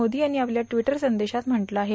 मोदी यांनी आपल्या ट्टिवटर संदेशात म्हटलं आहे